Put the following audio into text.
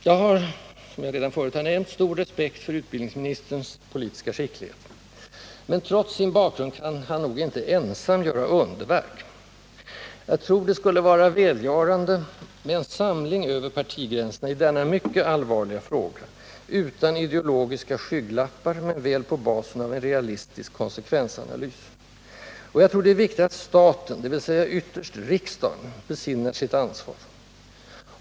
Jag har, som jag redan förut nämnde, stor respekt för utbildningsministerns politiska skicklighet. Men trots sin bakgrund kan han nog inte ensam göra underverk. Jag tror det skulle vara välgörande med en samling över partigränserna i denna mycket allvarliga fråga, utan ideologiska skygglappar men väl på basen av en realistisk konsekvensanalys. Och jag tror det är viktigt att staten, dvs. ytterst riksdagen, besinnar sitt ansvar.